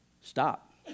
Stop